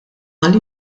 mal